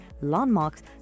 landmarks